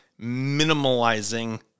minimalizing